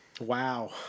Wow